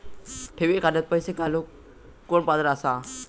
ठेवी खात्यात पैसे घालूक कोण पात्र आसा?